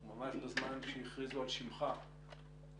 ממש בזמן שהכריזו על שמך נכנסת.